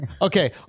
Okay